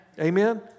Amen